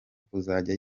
kuzajya